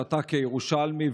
שאתה כירושלמי,